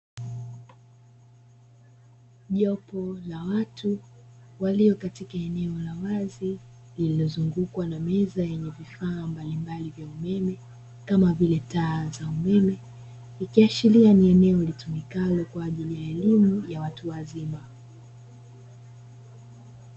Jopo la watu walio katika eneo la wazi lililozungukwa na meza yenye vifaa mbalimbali vya umeme kama vile taa za umeme kuashiria ni eneo litumikalo kwa ajili ya elimu ya watu wazima.